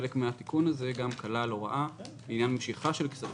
חלק מן התיקון הזה כלל גם הוראה לעניין משיכה של כספים,